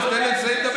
עזוב, תן לי לסיים לדבר.